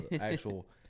actual